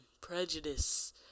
prejudice